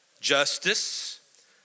Justice